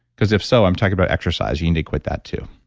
because if so i'm talking about exercise, you need to quit that too.